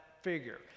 figure